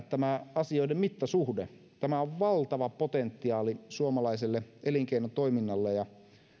tämä asioiden mittasuhde tämä on valtava potentiaali suomalaiselle elinkeinotoiminnalle